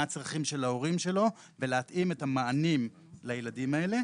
מה הצרכים של ההורים שלו ולהתאים את המענים לילדים האלה,